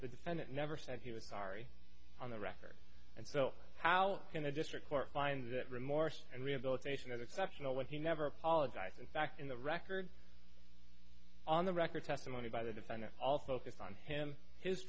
the defendant never said he was sorry on the record and so how can a district court find that remorse and rehabilitation is exceptional when he never apologized in fact in the record on the record testimony by the defendant all focused on him his